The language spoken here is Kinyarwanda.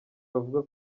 bavuga